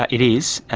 ah it is.